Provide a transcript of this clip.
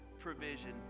provision